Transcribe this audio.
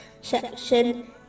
section